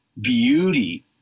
beauty